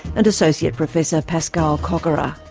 and associate professor pascal kokora.